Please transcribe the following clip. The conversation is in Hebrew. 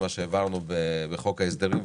מה שהעברנו בחוק ההסדרים,